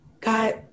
God